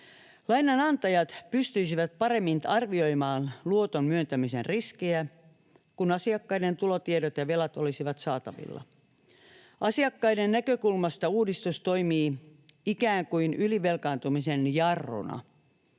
Lainanantajat pystyisivät paremmin arvioimaan luoton myöntämisen riskejä, kun asiakkaiden tulotiedot ja velat olisivat saatavilla. Asiakkaiden näkökulmasta uudistus toimii ikään kuin ylivelkaantumisen jarruna.